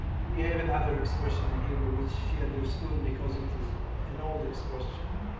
we have another expression in hebrew, which she understood because it is an old expression.